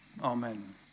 Amen